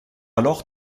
alors